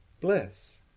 Bliss